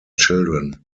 children